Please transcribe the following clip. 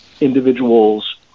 individuals